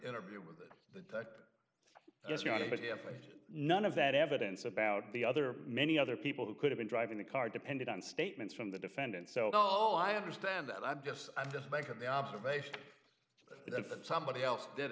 interview with the idea but none of that evidence about the other many other people who could have been driving the car depended on statements from the defendant so all i understand that i'm just i'm just making the observation that somebody else did